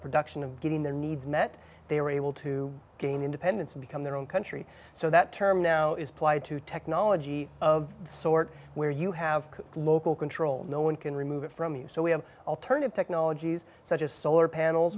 production and getting their needs met they were able to gain independence become their own country so that term now is plied to technology of the sort where you have local control no one can remove it from you so we have alternative technologies such as solar panels